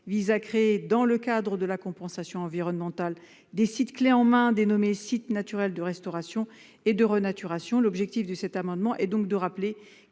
tend à créer, dans le cadre de la compensation environnementale, des sites clés en main dénommés sites naturels de restauration et de renaturation. L'objectif de cet amendement est de rappeler